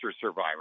survivor